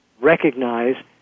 recognize